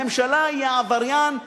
הממשלה היא העבריין.